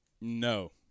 no